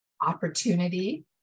opportunity